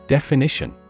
Definition